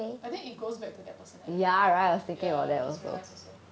I think it goes back to their personality ya I just realize also